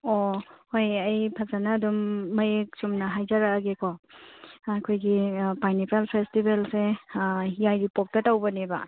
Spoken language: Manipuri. ꯑꯣ ꯍꯣꯏ ꯑꯩ ꯐꯖꯅ ꯑꯗꯨꯝ ꯃꯌꯦꯛ ꯆꯨꯝꯅ ꯍꯥꯏꯖꯔꯛꯂꯒꯦꯀꯣ ꯑꯩꯈꯣꯏꯒꯤ ꯄꯥꯏꯅꯦꯄꯜ ꯐꯦꯁꯇꯤꯕꯦꯜꯁꯦ ꯌꯥꯏꯔꯤꯄꯣꯛꯇ ꯇꯧꯕꯅꯦꯕ